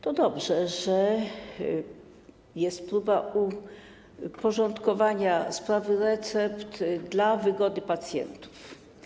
To dobrze, że podjęto próbę uporządkowania sprawy recept dla wygody pacjentów.